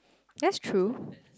that's true